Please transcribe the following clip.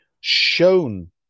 shown